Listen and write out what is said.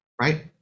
right